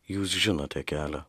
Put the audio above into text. jūs žinote kelią